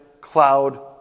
cloud